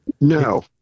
No